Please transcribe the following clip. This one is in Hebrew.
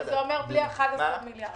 וזה אומר בלי 11 מיליארד.